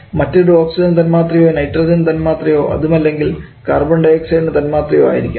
മറ്റൊരു ഓക്സിജൻ തൻമാത്രയോ നൈട്രജൻ തൻമാത്രയോ അതുമല്ലെങ്കിൽ കാർബൺഡയോക്സൈഡ് തൻമാത്രയോ ആയിരിക്കാം